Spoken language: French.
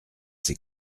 ses